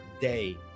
day